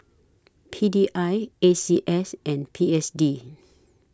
P D I A C S and P S D